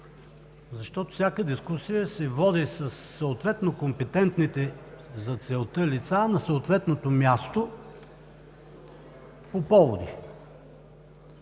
Защото всяка дискусия се води със съответно компетентните за целта лица на съответното място по поводи.